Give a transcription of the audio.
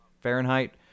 Fahrenheit